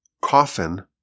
coffin